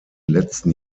letzten